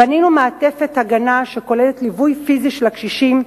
בנינו מעטפת הגנה שכוללת ליווי פיזי של הקשישים,